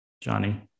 Johnny